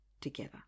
together